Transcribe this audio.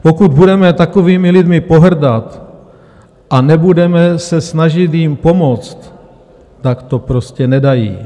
Pokud budeme takovými lidmi pohrdat a nebudeme se snažit jim pomoct, tak to prostě nedají.